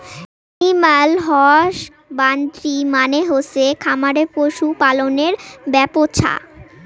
animal husbandry মানে হসে খামারে পশু পালনের ব্যপছা